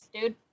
dude